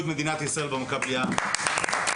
אימוני בוקר, אימוני